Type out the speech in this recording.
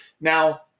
Now